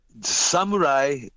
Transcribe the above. samurai